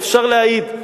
ואפשר להעיד.